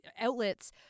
outlets